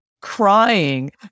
crying